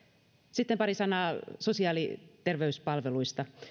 sitten pari sanaa sosiaali ja terveyspalveluista